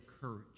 courage